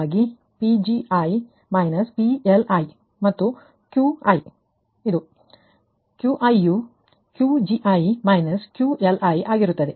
ಹಾಗಾಗಿ P i ವಾಸ್ತವವಾಗಿ P gi −P Li ಮತ್ತು Q i ಇದು Q gi −QLi ಆಗಿರುತ್ತದೆ